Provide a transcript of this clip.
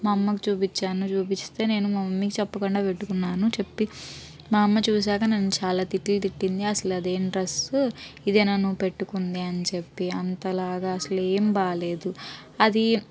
మా అమ్మకి చూపించాను చూపిస్తే నేను మా మమ్మీకి చెప్పకుండా పెట్టుకున్నాను చెప్పి మా అమ్మ చూసాక నన్ను చాలా తిట్లు తిట్టింది అసలు అది ఏం డ్రెస్ ఇదేనా నువ్వు పెట్టుకుంది అని చెప్పి అంతలా అసలేం బాగలేదు అది